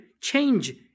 change